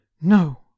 No